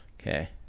Okay